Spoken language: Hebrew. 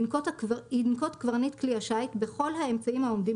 ינקוט קברניט כלי השיט בכל האמצעים העומדים